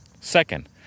Second